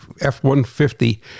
F-150